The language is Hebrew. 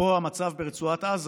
אפרופו המצב ברצועת עזה,